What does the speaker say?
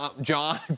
John